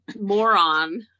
moron